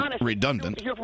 redundant